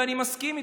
ואני מסכים איתכם,